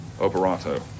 operato